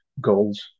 goals